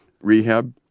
Rehab